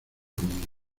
conmigo